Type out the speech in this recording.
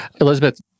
Elizabeth